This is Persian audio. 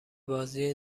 بازی